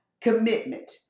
commitment